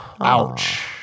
Ouch